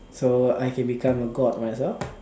so I can become a God myself